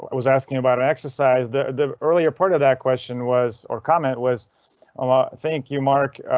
was asking about ah exercise the the earlier part of that question was or comment was um ah thank you mark,